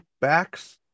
backs